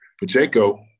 Pacheco